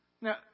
Now